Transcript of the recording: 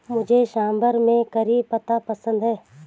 मुझे सांभर में करी पत्ता पसंद है